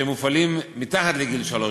שהם מופעלים לילדים מתחת לגיל שלוש.